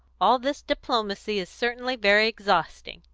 all this diplomacy is certainly very exhausting.